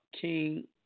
King